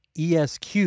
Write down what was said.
ESQ